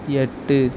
எட்டு